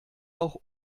auch